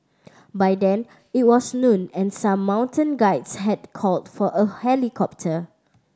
by then it was noon and some mountain guides had called for a helicopter